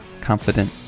confident